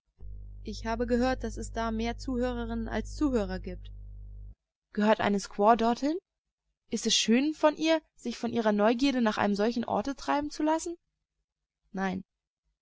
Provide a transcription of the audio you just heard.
ich habe gehört daß es da mehr zuhörerinnen als zuhörer gibt gehört eine squaw dorthin ist es schön von ihr sich von ihrer neugierde nach einem solchen orte treiben zu lassen nein